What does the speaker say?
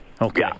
Okay